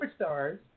superstars